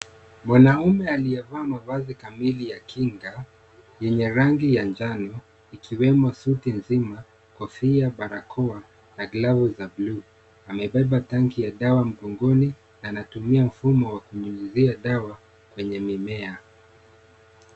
Mwanaume aliyevaa mavazi kamili ya kinga yenye rangi ya njano ikiwemo suti nzima, kofia, barakoa na glovu za bluu amebeba tangi ya dawa mgongoni na anatumia mfumo wa kunyunyuzia dawa kwenye mimea.